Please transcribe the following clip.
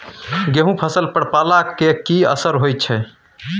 गेहूं के फसल पर पाला के की असर होयत छै?